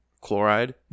chloride